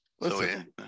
Listen